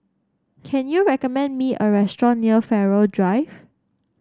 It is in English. can you recommend me a restaurant near Farrer Drive